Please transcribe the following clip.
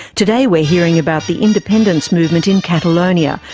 today we're hearing about the independence movement in catalonia,